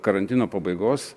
karantino pabaigos